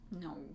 No